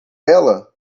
ela